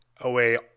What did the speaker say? away